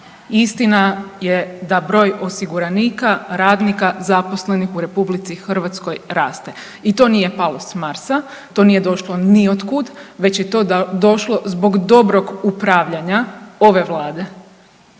Istina je da broj osiguranika, radnika, zaposlenih u RH raste i to nije palo s Marsa, to nije došlo ni od kud već je to došlo zbog dobrog upravljanja ove vlade.